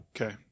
Okay